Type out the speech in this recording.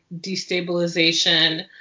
destabilization